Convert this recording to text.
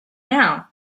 now